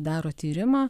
daro tyrimą